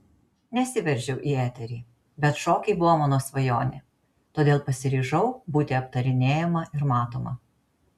nesiveržiau į eterį bet šokiai buvo mano svajonė todėl pasiryžau būti aptarinėjama ir matoma